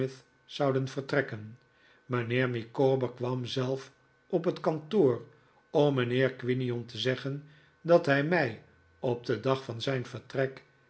zouden vertrekken mijnheer micawber kwam zelf op het kantoor om mijnheer quinion te zeggen dat hij mij op den dag van zijn vertrek